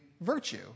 virtue